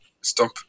stop